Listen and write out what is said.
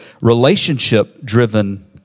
relationship-driven